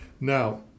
Now